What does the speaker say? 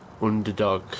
underdog